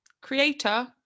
creator